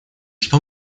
что